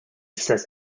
says